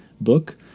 book